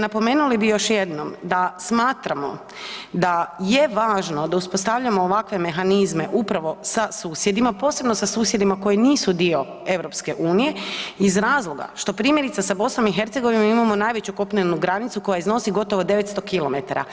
Napomenuli bi još jednom da smatramo da je važno da uspostavljamo ovakve mehanizme upravo sa susjedima, posebno sa susjedima koji nisu dio EU, iz razloga što primjerice, sa BiH imamo najveću kopnenu granicu koja iznosi gotovo 900 km.